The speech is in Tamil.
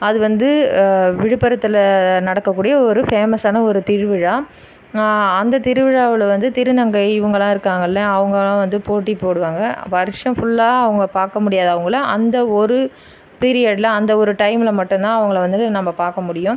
அது வந்து விழுப்புரத்தில் நடக்கக்கூடிய ஒரு ஃபேமஸான ஒரு திருவிழா அந்த திருவிழாவில் வந்து திருநங்கை இவுங்கலாம் இருக்காங்கள்ல அவங்களாக வந்து போட்டி போடுவாங்க வருஷோ ஃபுல்லாக அவங்க பார்க்க முடியாது அவங்களை அந்த ஒரு பீரியட்டில் அந்த ஒரு டைம்மில் மட்டும்தான் அவங்களை வந்து நம்ப பார்க்க முடியும்